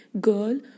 girl